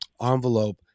envelope